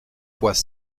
fois